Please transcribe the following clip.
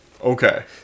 Okay